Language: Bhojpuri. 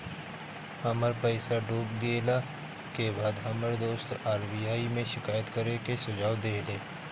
हमर पईसा डूब गेला के बाद हमर दोस्त आर.बी.आई में शिकायत करे के सुझाव देहले